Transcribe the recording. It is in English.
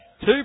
two